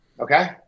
okay